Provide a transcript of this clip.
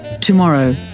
tomorrow